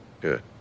Good